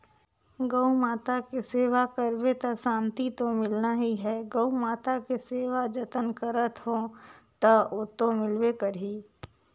गउ माता के सेवा करबे त सांति तो मिलना ही है, गउ माता के सेवा जतन करत हो त ओतो मिलबे करही